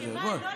לא להתפוצץ,